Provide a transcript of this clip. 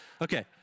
Okay